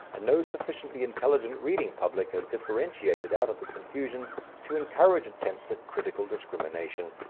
and no sufficiently intelligent reading public has differentiated out of the confusion to encourage attempts at critical discrimination.